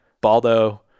Baldo